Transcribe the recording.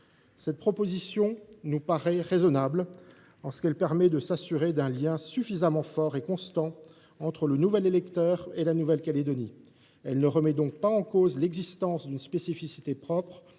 Cette proposition nous paraît raisonnable en ce qu’elle permet de s’assurer d’un lien suffisamment fort et constant entre le nouvel électeur et la Nouvelle Calédonie. Elle ne remet donc en cause ni l’existence d’une spécificité propre